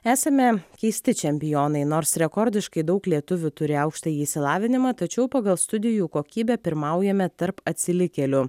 esame keisti čempionai nors rekordiškai daug lietuvių turi aukštąjį išsilavinimą tačiau pagal studijų kokybę pirmaujame tarp atsilikėlių